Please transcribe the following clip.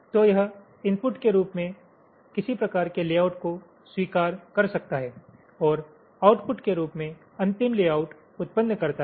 तो यह इनपुट के रूप में किसी प्रकार के लेआउट को स्वीकार कर सकता है और आउटपुट के रूप में अंतिम लेआउट उत्पन्न करता है